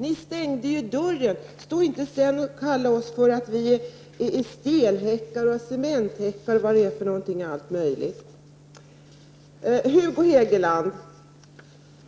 Ni i centern stängde dörren. Stå inte sedan och kalla oss för stenhäckar, cementhäckar och allt möjligt.